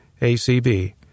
ACB